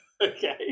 Okay